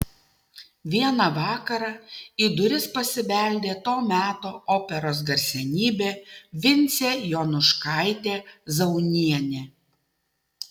vieną vakarą į duris pasibeldė to meto operos garsenybė vincė jonuškaitė zaunienė